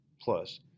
Plus